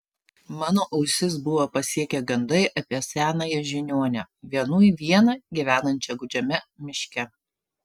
mano ausis buvo pasiekę gandai apie senąją žiniuonę vienui vieną gyvenančią gūdžiame miške